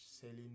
selling